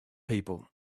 people